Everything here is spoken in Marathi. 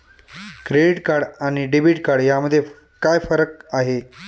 क्रेडिट कार्ड आणि डेबिट कार्ड यामध्ये काय फरक आहे?